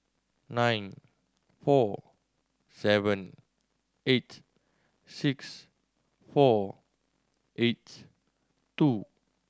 nine four seven eight six four eight two